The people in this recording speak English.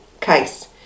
case